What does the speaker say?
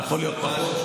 יכול להיות פחות.